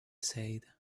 said